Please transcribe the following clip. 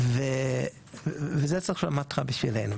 וזה צריך --- בשבילנו,